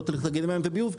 לא לתאגידי מים וביוב,